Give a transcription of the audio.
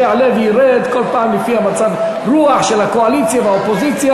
זה יעלה וירד כל פעם לפי מצב הרוח של הקואליציה והאופוזיציה,